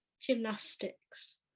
gymnastics